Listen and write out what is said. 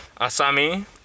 Asami